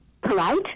polite